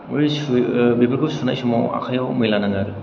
बेफोरखौ सुनाय समाव आखायाव मैला नाङो